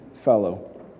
fellow